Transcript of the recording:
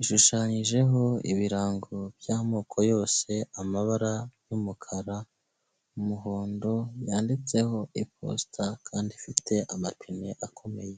ishushanyijeho ibirango by'amoko yose, amabara y'umukara, umuhondo, yanditseho iposita kandi ifite amapine akomeye.